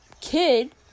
kid